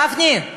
גפני,